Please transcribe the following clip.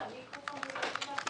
זה חשוב.